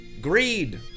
greed